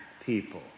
people